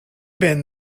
been